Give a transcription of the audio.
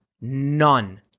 None